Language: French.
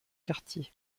cartier